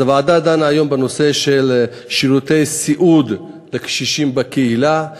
הוועדה דנה היום בשירותי סיעוד לקשישים בקהילה.